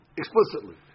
explicitly